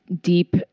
deep